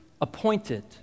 appointed